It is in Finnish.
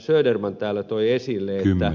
söderman täällä toi esille että